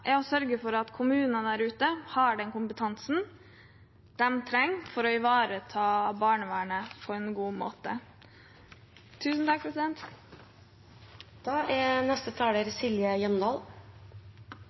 er å sørge for at kommunene der ute har den kompetansen de trenger for å ivareta barnevernet på en god måte.